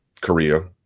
Korea